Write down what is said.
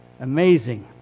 amazing